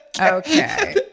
Okay